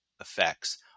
effects